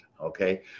Okay